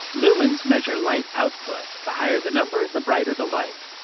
lumens measure light output the higher the number, the brighter the light.